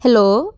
hello